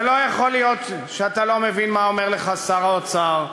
ולא יכול להיות שאתה לא מבין מה אומר לך שר האוצר,